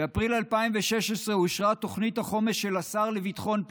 באפריל 2016 אושרה תוכנית החומש של השר לביטחון הפנים,